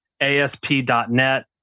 ASP.net